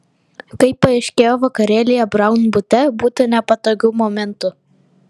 kaip paaiškėjo vakarėlyje braun bute būta nepatogių momentų